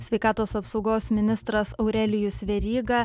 sveikatos apsaugos ministras aurelijus veryga